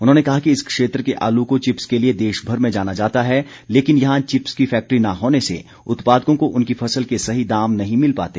उन्होंने कहा कि इस क्षेत्र के आलू को चिप्स के लिए देशभर में जाना जाता है लेकिन यहां चिप्स की फैक्ट्री न होने से उत्पादकों को उनकी फसल के सही दाम नहीं मिल पाते